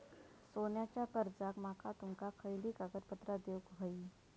सोन्याच्या कर्जाक माका तुमका खयली कागदपत्रा देऊक व्हयी?